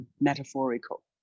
metaphorical